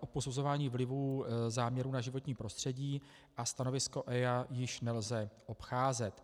o posuzování vlivů záměrů na životní prostředí a stanovisko EIA již nelze obcházet.